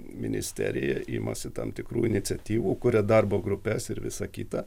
ministerija imasi tam tikrų iniciatyvų kuria darbo grupes ir visa kita